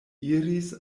iris